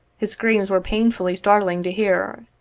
his screams were painfully startling to hear.